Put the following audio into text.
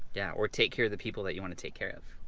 yeah or take care of the people that you wanna take care of.